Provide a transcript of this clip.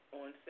on